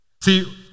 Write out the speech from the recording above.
See